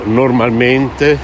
normalmente